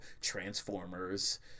Transformers